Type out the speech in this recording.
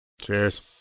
Cheers